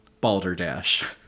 balderdash